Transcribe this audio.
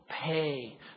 pay